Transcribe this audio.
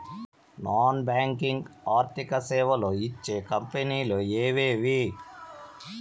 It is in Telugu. నాన్ బ్యాంకింగ్ ఆర్థిక సేవలు ఇచ్చే కంపెని లు ఎవేవి?